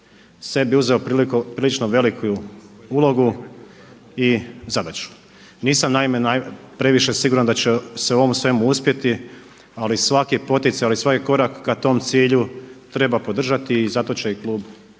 sebi uzeo prilično veliku ulogu i zadaću. Nisam naime previše siguran da će su u ovom svemu uspjeti, ali svaki poticaj, ali svaki korak ka tom cilju treba podržati i zato će i klub MOST-a